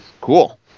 Cool